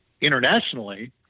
internationally